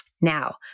Now